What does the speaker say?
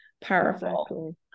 powerful